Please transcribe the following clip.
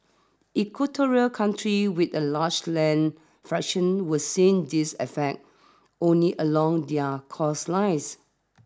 equatorial countries with a large land fraction will seen this effect only along their cost lines